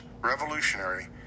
revolutionary